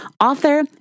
author